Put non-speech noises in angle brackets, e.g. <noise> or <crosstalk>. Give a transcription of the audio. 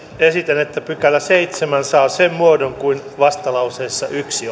esitän että seitsemäs pykälä saa sen muodon joka on vastalauseessa yksi <unintelligible>